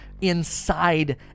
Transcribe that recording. Inside